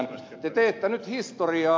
te teette nyt historiaa